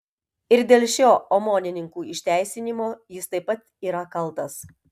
ir dėl šio omonininkų išteisinimo jis taip pat yra kaltas